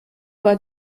war